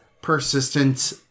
Persistent